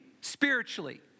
spiritually